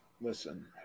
listen